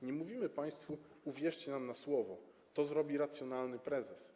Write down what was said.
Nie mówimy państwu: Uwierzcie nam na słowo, to zrobi racjonalny prezes.